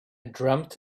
dreamt